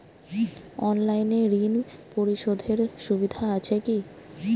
অনলাইনে ঋণ পরিশধের সুবিধা আছে কি?